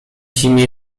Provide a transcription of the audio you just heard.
zimie